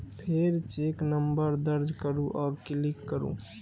फेर check number दर्ज करू आ क्लिक करू